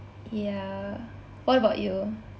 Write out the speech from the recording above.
ya what about you